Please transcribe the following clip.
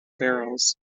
barrels